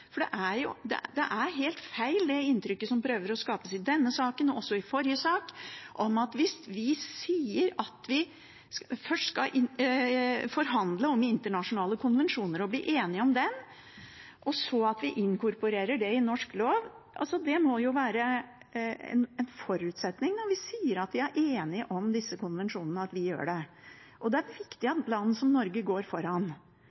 for det er helt feil, det inntrykket som noen prøver å skape i denne saken, og også i forrige sak. Vi vil forhandle om internasjonale konvensjoner, bli enige om dem og så inkorporere dem i norsk lov. Det må jo være en forutsetning når vi sier at vi er enige om disse konvensjonene, at vi gjør det. Det er viktig at land som Norge går foran